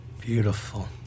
Beautiful